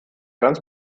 ganz